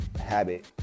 habit